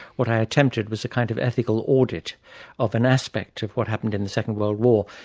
what i attempted was a kind of ethical audit of an aspect of what happened in the second world war.